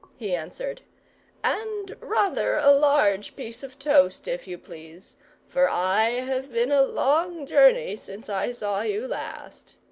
he answered and rather a large piece of toast, if you please for i have been a long journey since i saw you last.